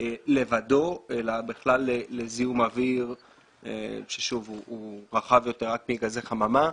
לבדו אלא בכלל לזיהום אוויר שהוא רחב יותר רק מגזי חממה.